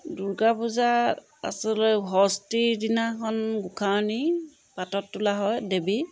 দুৰ্গা পূজা আচলতে ষষ্ঠীৰ দিনাখন গোঁসানী পাতত তোলা হয় দেৱী